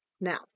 Now